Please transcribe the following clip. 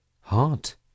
Heart